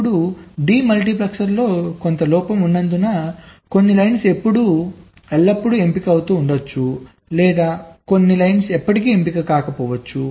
ఇప్పుడు డెముల్టిప్లెక్సర్లో కొంత లోపం ఉన్నందున కొన్ని పంక్తులు ఎల్లప్పుడూ ఎంపిక అవుతూ ఉండవచ్చు లేదా కొన్ని పంక్తులు ఎప్పటికీ ఎంపిక కాకపోవచ్చు